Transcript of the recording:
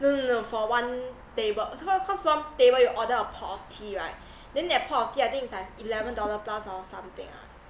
no no no for one table somehow cause for one table you order a pot of tea right then that pot of tea I think it's like eleven dollar plus or something ah